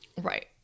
Right